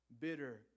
bitter